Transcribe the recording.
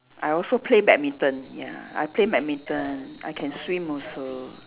I also play badminton ya I play badminton I can swim also